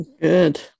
Good